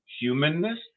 humanness